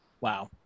Wow